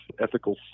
ethical